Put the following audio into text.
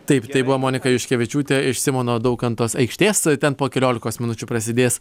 taip tai buvo monika juškevičiūtė iš simono daukantos aikštės ten po keliolikos minučių prasidės